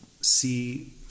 see